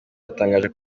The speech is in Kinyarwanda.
yatangaje